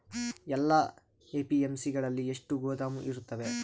ಎಲ್ಲಾ ಎ.ಪಿ.ಎಮ್.ಸಿ ಗಳಲ್ಲಿ ಎಷ್ಟು ಗೋದಾಮು ಇರುತ್ತವೆ?